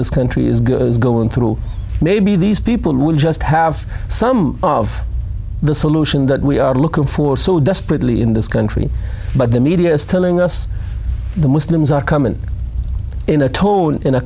this country is good go on through maybe these people will just have some of the solution that we are looking for so desperately in this country but the media is telling us the muslims are coming in a tone in a